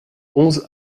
onze